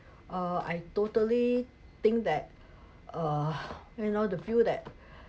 uh I totally think that uh you know the view that